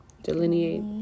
Delineate